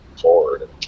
forward